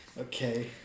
Okay